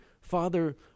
Father